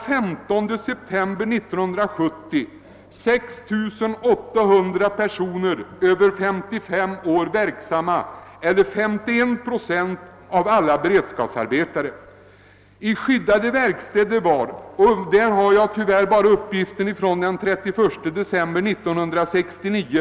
Beträffande antalet sysselsatta inom skyddade verkstäder har jag tyvärr bara en uppgift från den 31 december 1969.